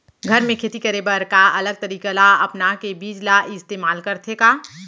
घर मे खेती करे बर का अलग तरीका ला अपना के बीज ला इस्तेमाल करथें का?